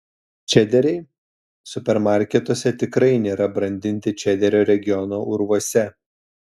čederiai supermarketuose tikrai nėra brandinti čederio regiono urvuose